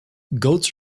goats